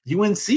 UNC